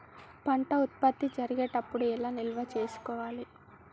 పంట ఉత్పత్తి జరిగేటప్పుడు ఎలా నిల్వ చేసుకోవాలి?